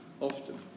often